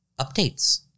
updates